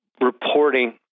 reporting